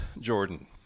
Jordan